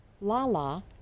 Lala